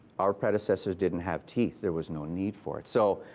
our predecessors didn't have teeth. there was no need for it. so,